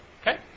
Okay